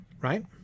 right